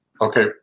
okay